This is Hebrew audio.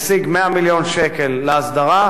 הרי תחולל שינוי דרמטי בנושא.